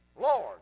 Lord